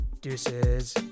Deuces